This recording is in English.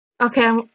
Okay